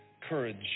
courage